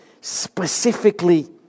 specifically